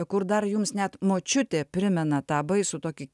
kur dar jums net močiutė primena tą baisų tokį